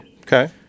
Okay